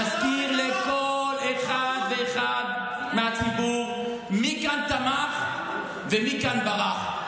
להזכיר לכל אחד ואחד מהציבור מי כאן תמך ומי כאן ברח.